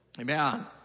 Amen